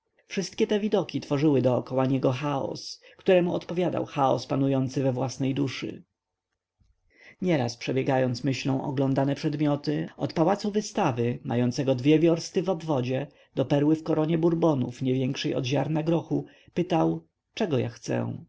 wszystkie te widoki tworzyły dokoła niego chaos któremu odpowiadał chaos panujący we własnej duszy nieraz przebiegając myślą oglądane przedmioty od pałacu wystawy mającego dwie wiorsty w obwodzie do perły w koronie burbonów nie większej od ziarna grochu pytał czego ja chcę